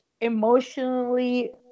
emotionally